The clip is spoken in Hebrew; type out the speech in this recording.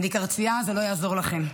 אני קרצייה, זה לא יעזור לכם.